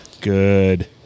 Good